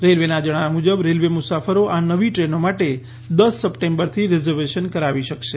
રેલ્વેના જણાવ્યા મુજબ રેલ્વે મુસાફરો આ નવી ટ્રેનો માટે દસ સપ્ટેમ્બરથી રિઝર્વેશન કરાવી શકશે